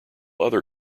other